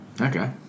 Okay